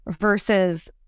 versus